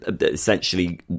essentially